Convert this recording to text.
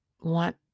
want